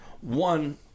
one